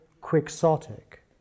quixotic